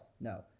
No